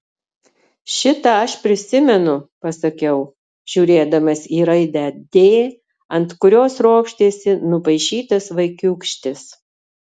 šitą aš prisimenu pasakiau žiūrėdamas į raidę d ant kurios ropštėsi nupaišytas vaikiūkštis